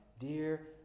Dear